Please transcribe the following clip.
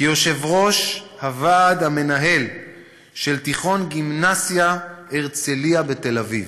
כיושב-ראש הוועד המנהל של גימנסיה "הרצליה" בתל-אביב,